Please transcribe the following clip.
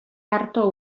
arto